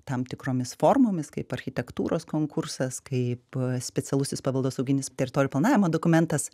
tam tikromis formomis kaip architektūros konkursas kaip specialusis paveldosauginis teritorijų planavimo dokumentas